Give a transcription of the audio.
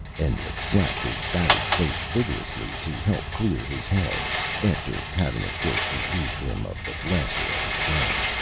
endlich slapped his battered face vigorously, to help clear his head after having, of course, relieved him of the blaster at his belt.